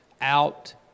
out